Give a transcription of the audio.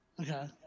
Okay